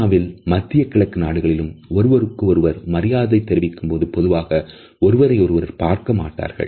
சைனாவிலும் மத்தியக் கிழக்கு நாடுகளிலும் ஒருவருக்கு ஒருவர் மரியாதை தெரிவிக்கும் போது பொதுவாக ஒருவரை ஒருவர் பார்க்க மாட்டார்கள்